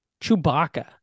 Chewbacca